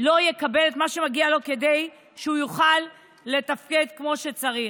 לא יקבל את מה שמגיע לו כדי שהוא יוכל לתפקד כמו שצריך.